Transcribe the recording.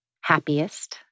happiest